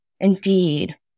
Indeed